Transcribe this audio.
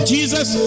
Jesus